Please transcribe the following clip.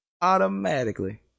Automatically